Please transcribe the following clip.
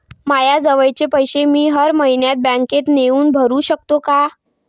मायाजवळचे पैसे मी हर मइन्यात बँकेत येऊन भरू सकतो का?